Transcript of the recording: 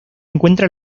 encuentra